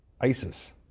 Isis